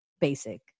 basic